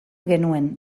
genuen